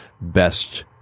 best